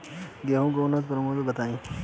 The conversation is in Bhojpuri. गेंहू के उन्नत प्रभेद बताई?